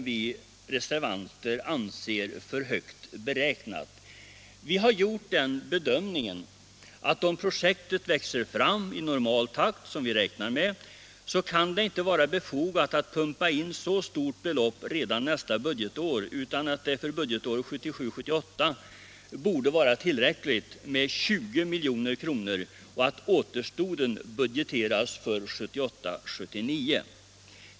Vi har gjort bedömningen att det om projektet växer fram i normal takt — som vi räknar med — inte kan vara befogat att pumpa in så stort belopp redan nästa budgetår. För budgetåret 1977 79.